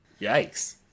Yikes